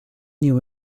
new